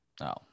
No